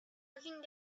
looking